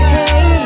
Hey